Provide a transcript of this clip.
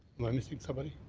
am i missing somebody?